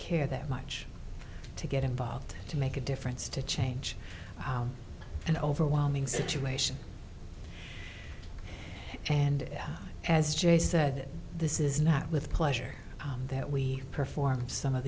care that much to get involved to make a difference to change an overwhelming situation and as jay said this is not with pleasure that we perform some of